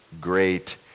great